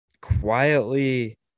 quietly